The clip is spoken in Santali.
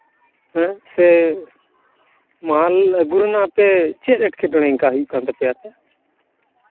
ᱦᱮᱸ ᱥᱮ ᱢᱟᱞ ᱟᱹᱜᱩ ᱨᱮᱭᱟᱜ ᱟᱯᱮ ᱪᱮᱫ ᱮᱸᱴᱠᱮᱴᱚᱬᱮ ᱚᱱᱠᱟ ᱦᱩᱭᱩᱜ ᱠᱟᱱ ᱛᱟᱯᱮᱭᱟ ᱟᱯᱮ